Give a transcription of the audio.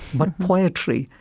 but poetry.